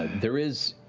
there is,